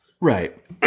Right